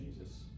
Jesus